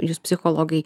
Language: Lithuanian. jūs psichologai